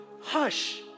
hush